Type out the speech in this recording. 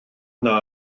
yna